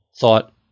thought